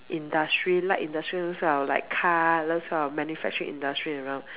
industry light industry those kind of like car those kind of manufacturing industry around